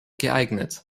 geeignet